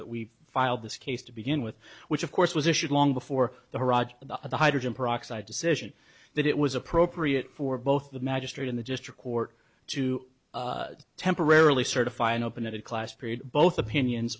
that we filed this case to begin with which of course was issued long before the harajuku of the hydrogen peroxide decision that it was appropriate for both the magistrate in the district court to temporarily certify an open ended class period both opinions